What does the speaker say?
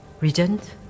Regent